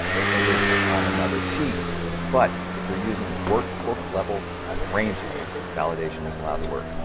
if the list is on another sheet but if you're using workbook level range names validation is allowed to work.